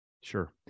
Sure